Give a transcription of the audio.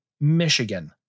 Michigan